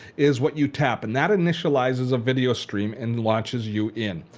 is what you tap. and that initializes a video stream and launches you in.